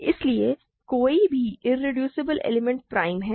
इसलिए कोई भी इरेड्यूसबल एलिमेंट प्राइम है